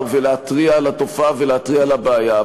ולהתריע על התופעה ולהתריע על הבעיה.